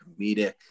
comedic